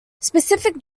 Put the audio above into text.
specific